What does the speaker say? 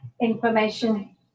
information